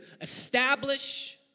establish